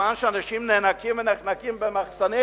בזמן שאנשים נאנקים ונחנקים במחסנים,